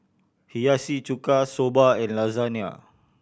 Hiyashi Chuka Soba and Lasagna